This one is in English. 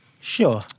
Sure